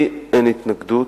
לי אין התנגדות.